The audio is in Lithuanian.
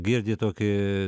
girdi tokį